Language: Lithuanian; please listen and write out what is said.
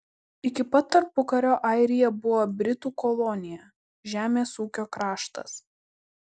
iki pat tarpukario airija buvo britų kolonija žemės ūkio kraštas